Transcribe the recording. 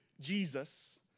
Jesus